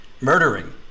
murdering